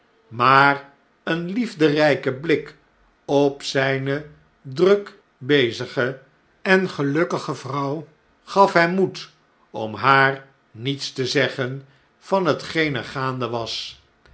maar een liefderpe blik op zn'ne druk bezige en gelukkige vrouw gaf hem moed om haar niets te zeggen van hetgeener gaande was